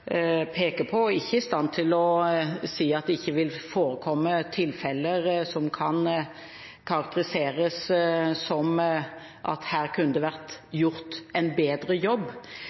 på, ikke i stand til å si at det ikke vil forekomme tilfeller som kan karakteriseres som at her kunne det vært gjort en bedre jobb.